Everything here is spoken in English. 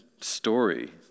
story